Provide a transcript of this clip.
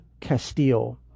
Castile